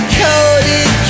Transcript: coated